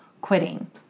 quitting